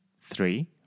Three